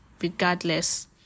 regardless